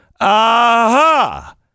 Aha